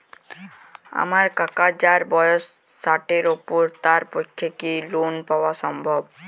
আমার কাকা যাঁর বয়স ষাটের উপর তাঁর পক্ষে কি লোন পাওয়া সম্ভব?